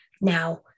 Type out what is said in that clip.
Now